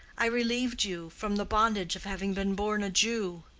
i relieved you from the bondage of having been born a jew.